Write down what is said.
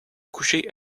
coucher